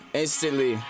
instantly